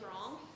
wrong